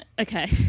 okay